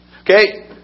Okay